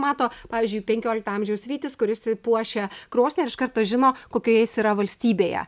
mato pavyzdžiui penkiolikto amžiaus vytis kuris puošia krosnį ir iš karto žino kokioje jis yra valstybėje